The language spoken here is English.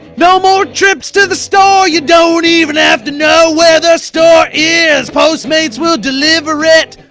no more trips to the store, you don't even have to know where the store is, postmates will deliver it,